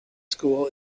school